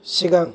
सिगां